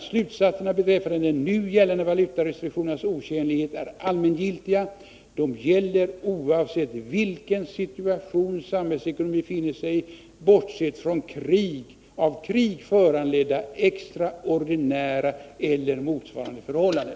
Slutsatserna beträffande de nu gällande valutarestriktionernas otjänlighet är allmängiltiga, dvs. de gäller oavsett vilken situation samhällsekonomin befinner sig i, bortsett från av krig föranledda extraordinära eller motsvarande förhållanden.”